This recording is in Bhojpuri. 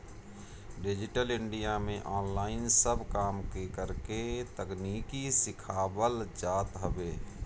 डिजिटल इंडिया में ऑनलाइन सब काम के करेके तकनीकी सिखावल जात हवे